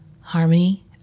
harmony